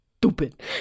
stupid